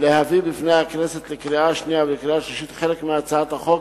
להביא בפני הכנסת לקריאה שנייה ולקריאה שלישית חלק מהצעת החוק,